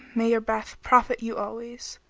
may your bath profit you always!